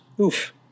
Oof